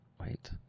wait